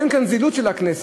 אין כאן זילות של הכנסת,